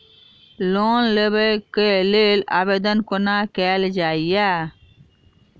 Loan लेबऽ कऽ लेल आवेदन कोना कैल जाइया?